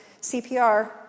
CPR